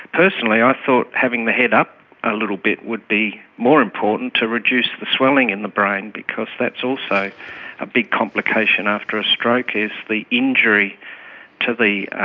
personally i thought having the head up a little bit would be more important to reduce the swelling in the brain because that's also a big complication after a stroke, is the injury to the